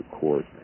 court